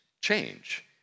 change